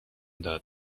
داد